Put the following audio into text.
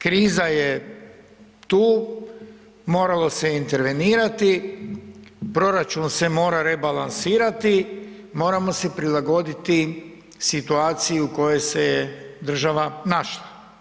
Kriza je tu, moralo se intervenirati, proračun se mora rebalansirati, moramo se prilagoditi situaciji u kojoj se je država našla.